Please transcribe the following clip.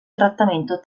trattamento